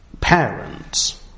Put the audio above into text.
parents